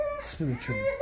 spiritually